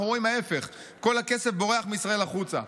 אנחנו רואים ההפך, כל הכסף בורח מישראל החוצה.